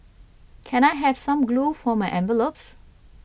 can I have some glue for my envelopes